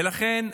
לכן,